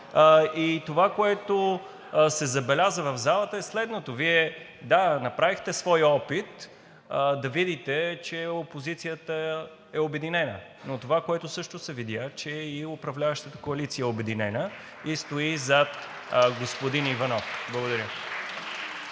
И това, което се забеляза в залата, е следното – да, Вие, направихте своя опит да видите, че опозицията е обединена, но това, което също се видя, е и че управляващата коалиция е обединена и стои зад господин Иванов.